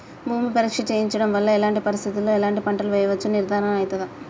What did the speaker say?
భూమి పరీక్ష చేయించడం వల్ల ఎలాంటి పరిస్థితిలో ఎలాంటి పంటలు వేయచ్చో నిర్ధారణ అయితదా?